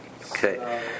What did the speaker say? Okay